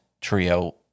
trio